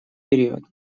период